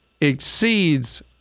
exceeds